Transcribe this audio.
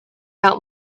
out